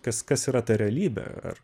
kas kas yra ta realybė ar